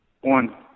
One